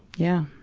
yeah.